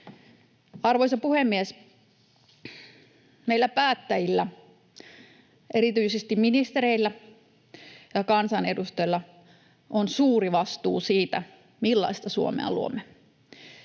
Arvoisa puhemies! Meillä päättäjillä, erityisesti ministereillä ja kansanedustajilla, on suuri vastuu siitä, millaista Suomea luomme.